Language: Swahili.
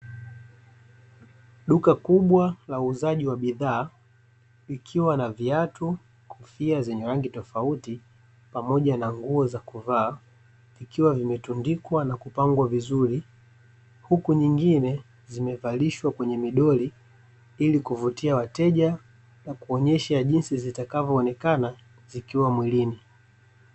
Duka kubwa uuzaji wa bidhaa, likiwa na viatu, kofia zenye rangi tofauti pamoja na nguo za kuvaa, vikiwa vimetundikwa na kupangwa vizuri huku nyingine zimevalishwa kwenye midoli, ili kuvutia wateja na kuonyesha jinsi zitakavyoonekana zikiwa mwilini.